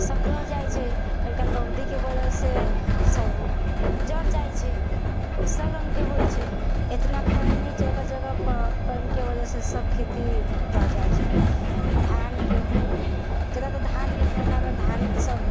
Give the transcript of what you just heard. सभ दहि जाइ छै कभी काल रौदिके वजहसँ सभ जरि जाइ छै सभ रङ्गके होइ छै इतना पानि जगह जगह पर पानिके वजहसँ सभ खेती दहि जाइ छै धान गेंहुँ जादातर धान एक महिनामे धान सभ